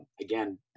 again